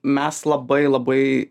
mes labai labai